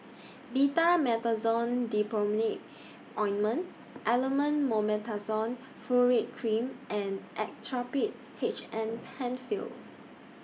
Betamethasone Dipropionate Ointment Elomet Mometasone Furoate Cream and Actrapid H M PenFill